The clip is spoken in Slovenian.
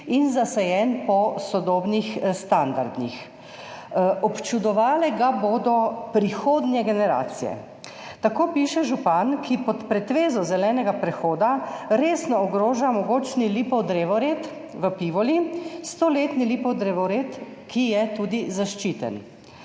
in zasajen po sodobnih standardih. Občudovale ga bodo prihodnje generacije. Tako piše župan, ki pod pretvezo zelenega prehoda resno ogroža mogočni lipov drevored v Pivoli, stoletni lipov drevored, ki je tudi zaščiten.